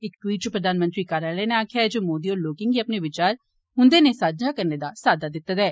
इक ट्वीट च प्रघानमंत्री कार्यालय नै आक्खेआ ऐ जे मोदी होरें लोकें गी अपने विचार उन्दे नै सांझे करने दा साद्दा दित्ता ऐ